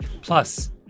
Plus